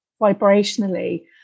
vibrationally